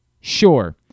Sure